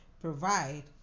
provide